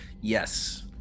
Yes